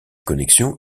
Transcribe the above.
connexions